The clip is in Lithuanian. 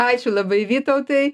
ačiū labai vytautai